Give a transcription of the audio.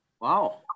wow